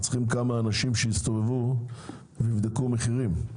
אנחנו צריכים כמה אנשים שיסתובבו ויבדקו מחירים.